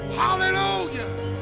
hallelujah